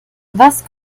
was